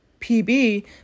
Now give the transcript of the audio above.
PB